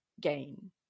gain